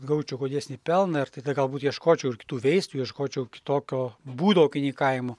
gaučiau godesnį pelną ir tada galbūt ieškočiau ir kitų veislių ieškočiau kitokio būdo ūkininkavimo